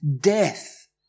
death